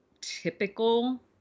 typical